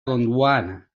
gondwana